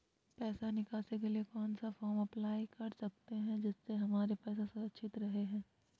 पैसा निकासी के लिए कौन सा फॉर्म अप्लाई कर सकते हैं जिससे हमारे पैसा सुरक्षित रहे हैं?